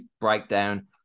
breakdown